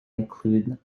include